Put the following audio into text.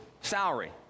salary